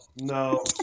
no